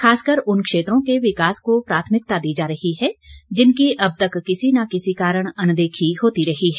खासकर उन क्षेत्रों के विकास को प्राथमिकता दी जा रही है जिनकी अब तक किसी न किसी कारण अनदेखी होती रही है